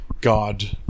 god